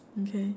okay